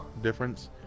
difference